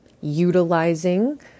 utilizing